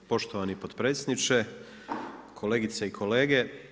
Poštovani potpredsjedniče, kolegice i kolege.